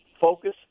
focus